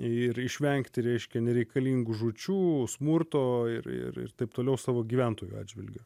ir išvengti reiškia nereikalingų žūčių smurto ir ir ir taip toliau savo gyventojų atžvilgiu